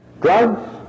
Drugs